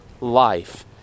life